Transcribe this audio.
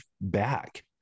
back